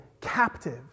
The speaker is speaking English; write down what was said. captive